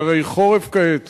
שהרי חורף כעת,